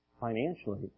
financially